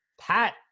Pat